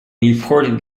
reported